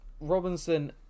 Robinson